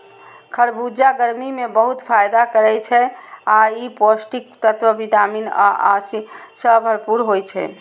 खरबूजा गर्मी मे बहुत फायदा करै छै आ ई पौष्टिक तत्व विटामिन ए आ सी सं भरपूर होइ छै